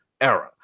era